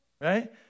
Right